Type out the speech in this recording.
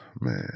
man